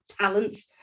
talents